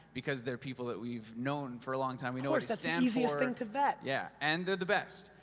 because they're people that we've known for a long time, we know of course, that's the easiest thing to vet. yeah, and, they're the best.